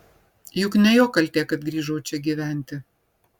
juk ne jo kaltė kad grįžau čia gyventi